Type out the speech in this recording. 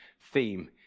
theme